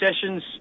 sessions